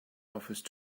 office